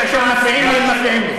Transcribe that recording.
כשהם מפריעים לי, הם מפריעים לי.